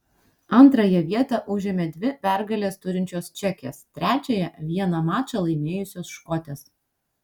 antrąją vietą užėmė dvi pergales turinčios čekės trečiąją vieną mačą laimėjusios škotės